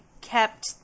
kept